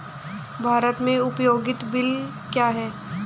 भारत में उपयोगिता बिल क्या हैं?